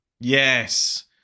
Yes